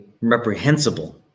reprehensible